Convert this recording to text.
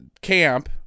camp